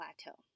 plateau